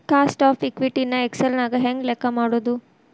Cost of equity ನ Excel ನ್ಯಾಗ ಹೆಂಗ್ ಲೆಕ್ಕಾ ಮಾಡೊದು?